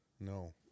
No